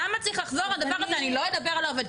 למה צריך לחזור על הדבר הזה 'אני לא אדבר על העובד'?